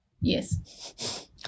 Yes